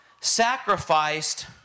sacrificed